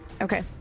Okay